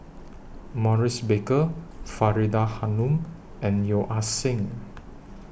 Maurice Baker Faridah Hanum and Yeo Ah Seng